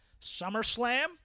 SummerSlam